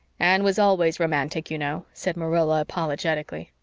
anne was always romantic, you know, said marilla apologetically.